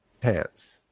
pants